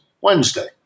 Wednesday